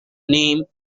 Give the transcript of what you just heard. name